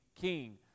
king